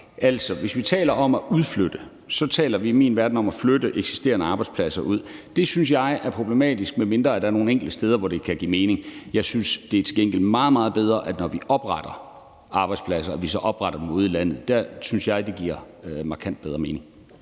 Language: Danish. Altså, hvis vi taler om at udflytte noget, taler vi i min verden om at flytte eksisterende arbejdspladser ud. Det synes jeg er problematisk, medmindre der er nogle enkelte steder, hvor det kan give mening. Jeg synes til gengæld, det er meget, meget bedre, at når vi opretter arbejdspladser, opretter vi dem ude i landet. Der synes jeg, det giver markant bedre mening.